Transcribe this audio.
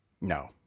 No